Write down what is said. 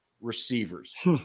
receivers